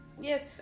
Yes